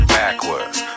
backwards